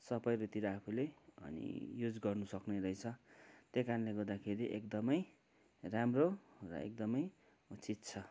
सबैकोतिर आफूले युज गर्नुसक्ने रहेछ त्यही कारणले गर्दाखेरि एकदमै राम्रो र एकदमै उचित छ